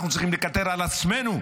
אנחנו צריכים לקטר על עצמנו,